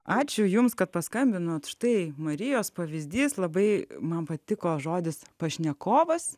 ačiū jums kad paskambinote štai marijos pavyzdys labai man patiko žodis pašnekovas